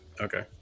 Okay